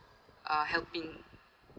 uh helping